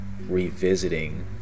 revisiting